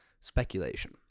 speculation